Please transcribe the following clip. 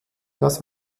das